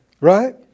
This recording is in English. Right